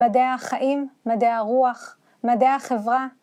מדעי החיים, מדעי הרוח, מדעי החברה.